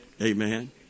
Amen